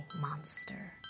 monster